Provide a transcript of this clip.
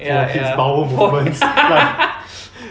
ya ya for